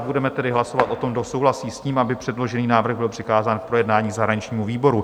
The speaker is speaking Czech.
Budeme tedy hlasovat o tom, kdo souhlasí s tím, aby předložený návrh byl přikázán k projednání zahraničnímu výboru.